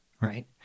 right